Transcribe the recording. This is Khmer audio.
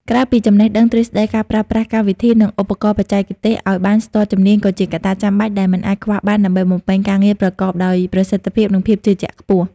ក្រៅពីចំណេះដឹងទ្រឹស្ដីការប្រើប្រាស់កម្មវិធី និងឧបករណ៍បច្ចេកទេសឲ្យបានស្ទាត់ជំនាញក៏ជាកត្តាចាំបាច់ដែលមិនអាចខ្វះបានដើម្បីបំពេញការងារប្រកបដោយប្រសិទ្ធភាព និងភាពជឿជាក់ខ្ពស់។